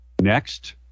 Next